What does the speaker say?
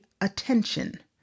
attention